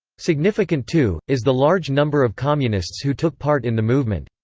significant too, is the large number of communists who took part in the movement.